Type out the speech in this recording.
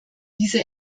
diese